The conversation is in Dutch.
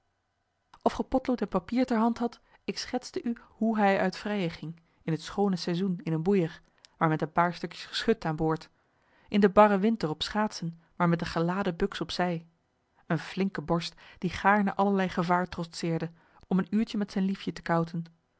of ge potlood en papier ter hand hadt ik schetste u hoe hij uit vrijën ging in het schoone saizoen in een boeijer maar met een paar stukjes geschut aan boord in den barren winter op schaatsen maar met de geladen buks op zij een flinke borst die gaarne allerlei gevaar trotseerde om een uurtje met zijn liefje te kouten